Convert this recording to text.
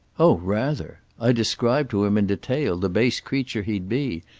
oh rather! i described to him in detail the base creature he'd be,